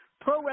Pro